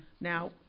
Now